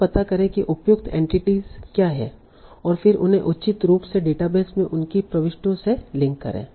यहा पता करें कि उपयुक्त एंटिटीस क्या हैं और फिर उन्हें उचित रूप से डेटाबेस में उनकी प्रविष्टियों से लिंक करें